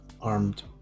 armed